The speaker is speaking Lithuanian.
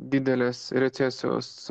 didelės recesijos